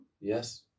Yes